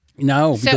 No